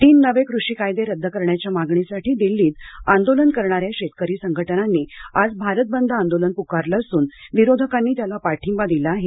तीन नवे कृषी कायदे रद्द करण्याच्या मागणीसाठी दिल्लीत आंदोलन करणाऱ्या शेतकरी संघटनांनी आज भारत बंद आंदोलन पुकारलं असून विरोधकांनी त्याला पाठिंबा दिला आहे